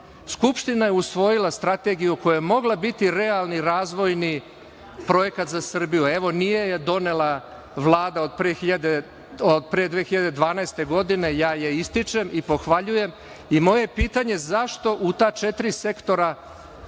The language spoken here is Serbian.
Skupština je usvojila strategiju koja je mogla biti realni razvojni projekat za Srbiju. Evo, nije je donela Vlada od pre 2012. godine, ja je ističem i pohvaljujem i moje pitanje je zašto u ta četiri sektora